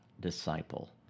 disciple